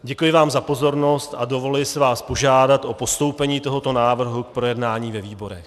Děkuji vám za pozornost a dovoluji si vás požádat o postoupení tohoto návrhu k projednání ve výborech.